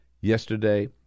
Yesterday